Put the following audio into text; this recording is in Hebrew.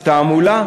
תעמולה.